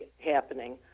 happening